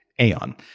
Aeon